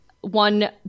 One